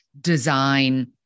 design